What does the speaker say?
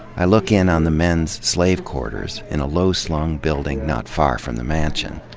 i look in on the men's slave quarters, in a low-slung building not far from the mansion.